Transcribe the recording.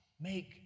Make